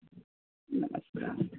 नमस्कार